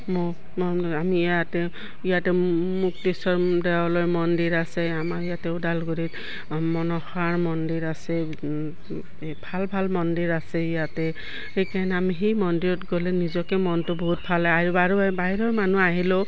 ম আমি ইয়াতে ইয়াতে মুক্তিশ্বৰ দেৱালয় মন্দিৰ আছে আমাৰ ইয়াতে ওদালগুৰিত মনসাৰ মন্দিৰ আছে ভাল ভাল মন্দিৰ আছে ইয়াতে সেইকাৰণে আমি সেই মন্দিৰত গ'লে নিজকে মনটো বহুত ভালে আৰু বাৰ বাহিৰৰ মানুহ আহিলেও